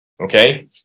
Okay